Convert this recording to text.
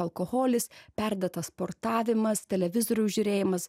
alkoholis perdėtas sportavimas televizoriaus žiūrėjimas